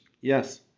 Yes